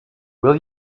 will